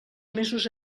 mesos